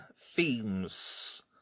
themes